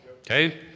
Okay